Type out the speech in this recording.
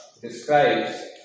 describes